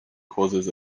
causes